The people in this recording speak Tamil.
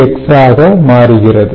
2 X ஆக மாறுகிறது